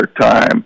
time